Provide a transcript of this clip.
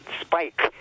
spike